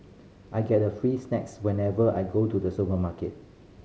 I get a free snacks whenever I go to the supermarket